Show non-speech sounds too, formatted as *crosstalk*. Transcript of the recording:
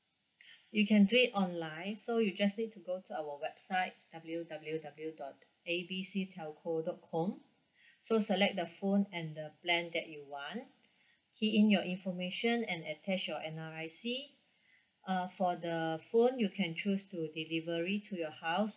*breath* you can do it online so you just need to go to our website W W W dot A B C telco dot com so select the phone and the plan that you want key in your information and attach your N_R_I_C uh for the phone you can choose to delivery to your house